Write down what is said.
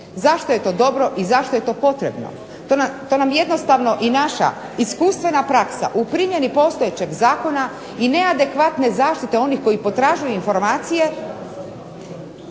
Zašto je to dobro i zašto je to potrebno. To nam jednostavno i naša iskustvena praksa u primjeni postojećeg zakona i neadekvatne zaštite onih koji potražuju informacije